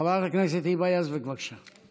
חברת הכנסת היבה יזבק, בבקשה.